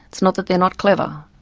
it's not that they're not clever,